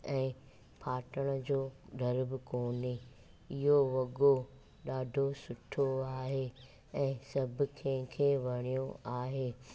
ऐं फाटण जो डर बि कोन्हे इहो वॻो ॾाढो सुठो आहे ऐं सभु कंहिंखे वणियो आहे